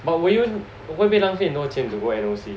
but will you won't be 浪费钱 to go N_O_C